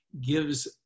gives